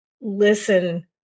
listen